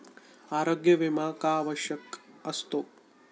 आरोग्य विमा का आवश्यक असतो?